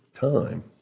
time